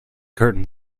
curtain